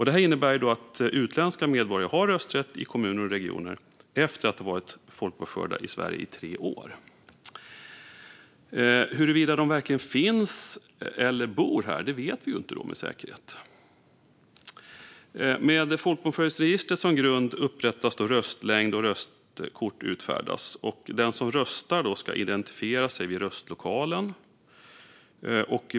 Detta innebär att utländska medborgare har rösträtt i kommuner och regioner efter att ha varit folkbokförda i Sverige i tre år. Huruvida de verkligen finns eller bor här vet vi dock inte med säkerhet. Med folkbokföringsregistret som grund upprättas röstlängd, och röstkort utfärdas. Den som röstar ska identifiera sig vid röstlokalen.